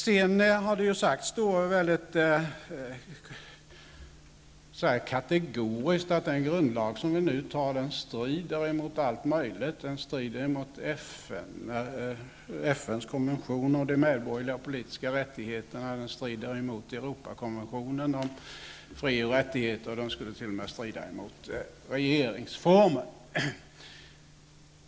Det har sagts kategoriskt att den grundlag vi nu antar strider mot FNs konventioner om de medborgerliga och politiska rättigheterna, Europakonventionen om fri och rättigheter och t.o.m. mot regeringsformen.